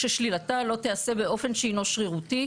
ששלילתה לא תיעשה באופן שאינו שרירותי,